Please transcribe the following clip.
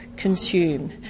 consume